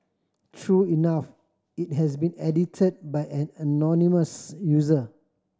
true enough it has been edit by an anonymous user